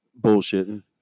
bullshitting